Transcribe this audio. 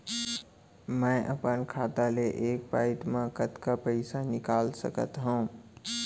मैं अपन खाता ले एक पइत मा कतका पइसा निकाल सकत हव?